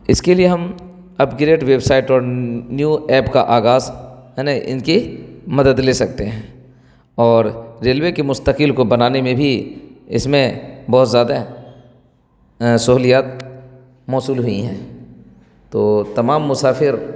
اس کے لیے ہم اپگریٹ ویب سائٹ اور نیو ایپ کا آغاز ہے نا ان کی مدد لے سکتے ہیں اور ریلوے کی مستقل کو بنانے میں بھی اس میں بہت زیادہ سہولیات موصول ہوئی ہیں تو تمام مسافر